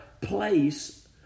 place